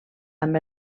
amb